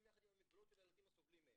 יחד עם המגבלות של הילדים הסובלים מהם,